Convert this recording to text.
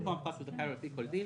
במקום הפחת שהוא זכאי לו לפי כל דין,